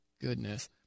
goodness